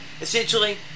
essentially